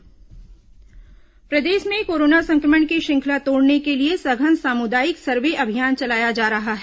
सघन सामुदायिक सर्वे प्रदेश में कोरोना संक्रमण की श्रृंखला तोड़ने के लिए सघन सामुदायिक सर्वे अभियान चलाया जा रहा है